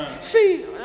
See